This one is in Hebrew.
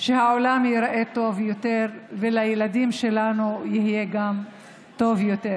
שהעולם ייראה טוב יותר ולילדים שלנו יהיה גם טוב יותר.